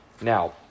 Now